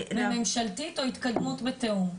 פתוחה לממשלתית או התקדמות בתיאום?